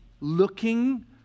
looking